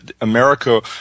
America